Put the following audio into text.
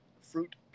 fruit